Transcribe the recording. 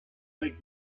like